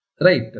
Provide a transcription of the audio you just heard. Right